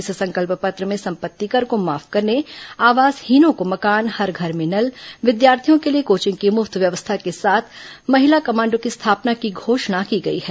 इस संकल्प पत्र में संपत्ति कर को माफ करने आवासहीनों को मकान हर घर में नल विद्यार्थियों के लिए कोचिंग की मुफ्त व्यवस्था के साथ महिला कमांडों की स्थापना की घोषणा की गई है